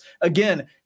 Again